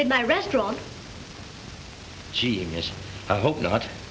did my restaurant genius i hope not